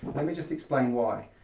let me just explain why.